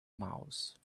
mouse